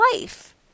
life